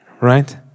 right